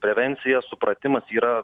prevencija supratimas yra